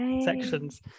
sections